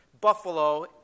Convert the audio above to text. buffalo